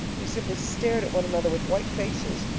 we simply stared at one another with white faces.